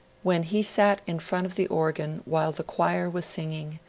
when he sat in front of the organ while the choir was singing,